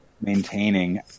maintaining